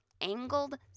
angled